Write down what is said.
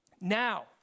Now